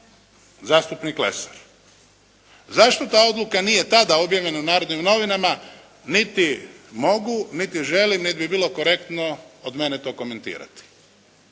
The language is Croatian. zastupnik Lesar. Zašto ta odluka nije tada objavljena u Narodnim novinama niti mogu, niti želim, niti bi bilo korektno od mene to komentirati.